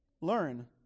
learn